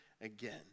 again